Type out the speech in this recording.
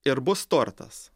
ir bus tortas